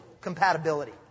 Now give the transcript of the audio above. compatibility